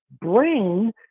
brain